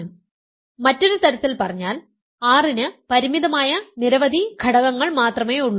അതിനാൽ മറ്റൊരു തരത്തിൽ പറഞ്ഞാൽ R ന് പരിമിതമായ നിരവധി ഘടകങ്ങൾ മാത്രമേ ഉള്ളൂ